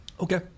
Okay